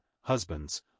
Husbands